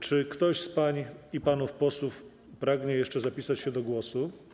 Czy ktoś z pań i panów posłów pragnie jeszcze zapisać się do głosu?